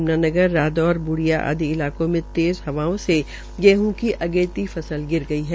यम्नानगर रादौर ब्डिया आदि इलाकों में तेज़ हवाओं से गेहं की अगेती फसल गिर गई है